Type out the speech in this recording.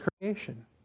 creation